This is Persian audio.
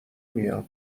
میاد